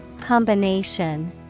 Combination